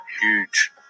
huge